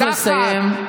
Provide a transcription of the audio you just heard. צריך לסיים.